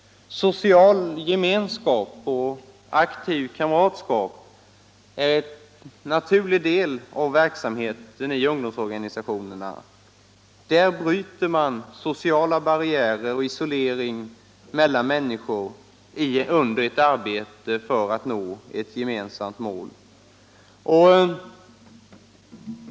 Social gemenskap och aktivt kamratskap är en naturlig del av verksamheten i ungdomsorganisationerna. Där bryter man sociala barriärer och isolering mellan människor under arbetet för att nå ett gemensamt mål.